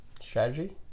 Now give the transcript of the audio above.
Strategy